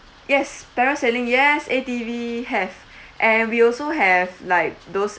yes parasailing yes A_T_V have and we also have like those